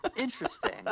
interesting